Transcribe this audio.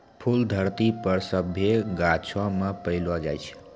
फूल धरती पर सभ्भे गाछौ मे पैलो जाय छै